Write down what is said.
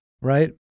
Right